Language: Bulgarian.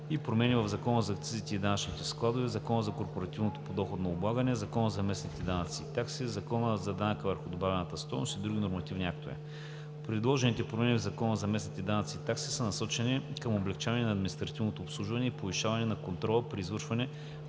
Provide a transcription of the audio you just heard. и промени в Закона за акцизите и данъчните складове, Закона за корпоративното подоходно облагане, Закона за местните данъци и такси, Закона за данъка върху добавената стойност и други нормативни актове. Предложените промени в Закона за местните данъци и такси са насочени към облекчаване на административното обслужване и повишаване на контрола при извършване